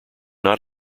not